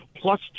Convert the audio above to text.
plus